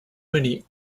many